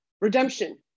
Redemption